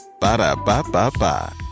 ba-da-ba-ba-ba